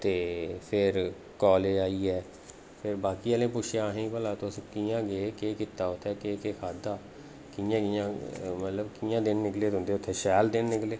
ते फिर कालज च आइयै फिर बाकी आह्लें पुच्छेआ असें गी भला तुस कि'यां गे केह् कीता इत्थैं केह् केह् खाद्धा कि'यां कि'यां मतलब कि'यां दिन निकले तुं'दे उत्थैं शैल दिन निकले